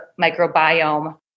microbiome